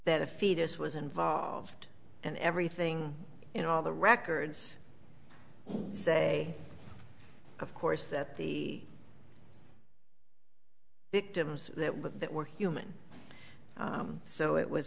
that a fetus was involved and everything and all the records say of course that the victims that were that were human so it was